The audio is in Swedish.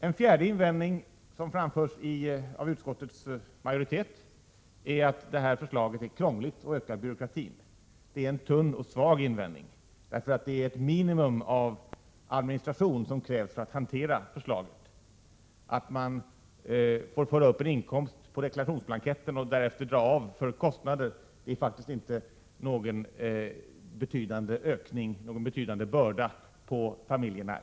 En fjärde invändning som framförs av utskottets majoritet är att förslaget är krångligt och ökar byråkratin. Det är en tunn och svag invändning, därför att det är ett minimum av administration som krävs för att hantera förslaget. Att man får föra upp en inkomst på deklarationsblanketten och därefter dra av för kostnader utgör faktiskt inte någon betydande börda på familjerna.